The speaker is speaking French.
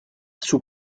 sous